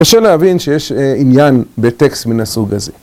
‫קשה להבין שיש עניין ‫בטקסט מן הסוג הזה.